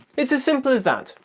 it's as simple as that.